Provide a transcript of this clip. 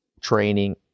training